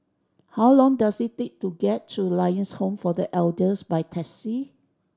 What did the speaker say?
how long does it take to get to Lions Home for The Elders by taxi